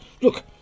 Look